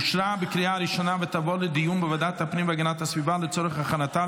לוועדת הפנים והגנת הסביבה נתקבלה.